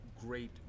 great